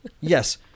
yes